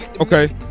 Okay